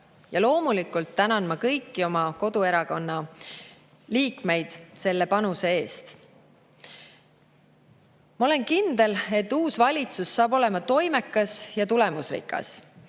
Ja loomulikult tänan ma kõiki oma koduerakonna liikmeid nende panuse eest. Ma olen kindel, et uus valitsus saab olema toimekas ja tulemusrikas.